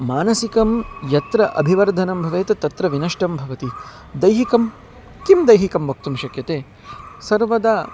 मानसिकं यत्र अभिवर्धनं भवेत् तत्र विनष्टं भवति दैहिकं किं दैहिकं वक्तुं शक्यते सर्वदा